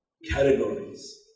Categories